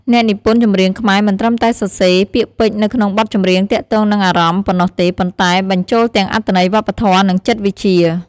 អ្នកនិពន្ធចម្រៀងខ្មែរមិនត្រឹមតែសរសេរ ពាក្យពេចន៍នៅក្នងបទចម្រៀងទាក់ទងនឹងអារម្មណ៍ ប៉ុណ្ណោះទេ ប៉ុន្តែ បញ្ចូលទាំងអត្ថន័យវប្បធម៌ និងចិត្តវិជ្ជា។